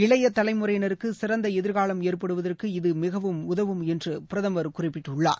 இளையதலைமுறையினருக்குசிறந்தஎதிர்காலம் ஏற்படுவதற்கு இது மிகவும் உதவும் என்றுபிரதமர் குறிப்பிட்டுள்ளார்